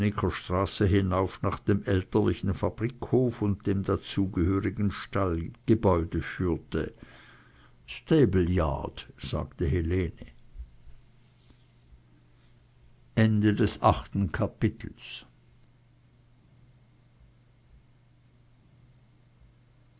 hinauf nach dem elterlichen fabrikhof und dem dazugehörigen stallgebäude führte stableyard sagte helene